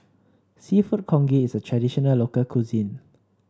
seafood Congee is a traditional local cuisine